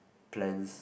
plans